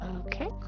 Okay